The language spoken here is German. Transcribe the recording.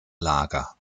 lager